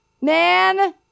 Man